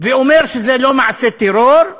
ואומר שזה לא מעשה טרור,